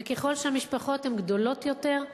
וככל שהמשפחות הן גדולות יותר,